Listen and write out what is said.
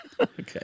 Okay